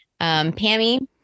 Pammy